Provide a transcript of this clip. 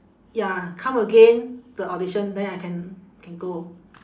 ya come again the audition then I can can go